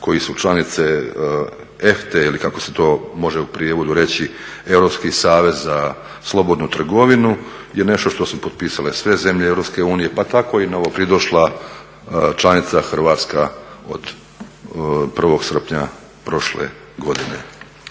koji su članice EFTA-e ili kako se to može u prijevodu reći Europski savez za slobodnu trgovinu je nešto što su potpisale sve zemlje EU, pa tako i novopridošla članica Hrvatska od 1. srpnja prošle godine.